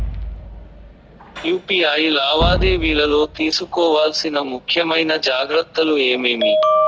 UPI లావాదేవీలలో తీసుకోవాల్సిన ముఖ్యమైన జాగ్రత్తలు ఏమేమీ?